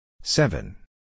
seven